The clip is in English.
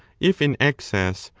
if in excess,